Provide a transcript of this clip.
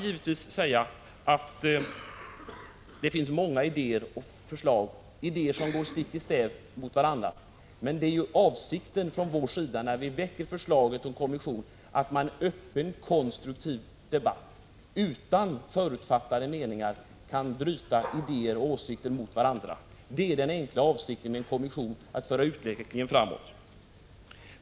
Givetvis finns det många idéer och förslag, och många av dem går stick i stäv mot varandra. Men avsikten med vårt förslag om en kommission är att man skall kunna föra en öppen, konstruktiv debatt. Man skall, utan att ha några förutfattade meningar, kunna utbyta idéer och åsikter. Avsikten med en kommission är alltså helt enkelt att föra utvecklingen framåt.